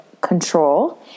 control